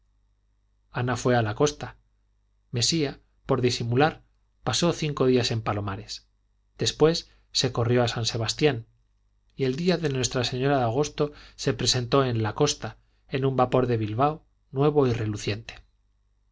ana fue a la costa mesía por disimular pasó cinco días en palomares después se corrió a san sebastián y el día de nuestra señora de agosto se presentó en la costa en un vapor de bilbao nuevo y reluciente